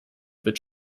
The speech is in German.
wird